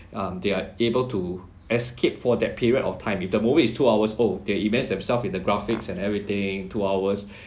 um they are able to escape for that period of time if the movie is two hours oh they immerse themselves in the graphics and everything two hours